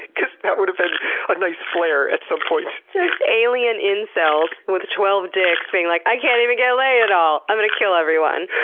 because that would have been a nice flare at some point. just alien incels with twelve dicks being like, i can't even get laid at all! i'm gonna kill everyone.